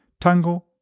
Tango